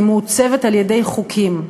והיא מעוצבת על-ידי חוקים.